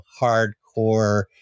hardcore